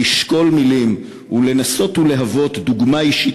לשקול מילים ולנסות ולהוות דוגמה אישית